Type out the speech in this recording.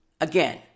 Again